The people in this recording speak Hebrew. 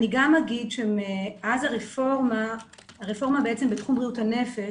הרפורמה בתחום בריאות הנפש,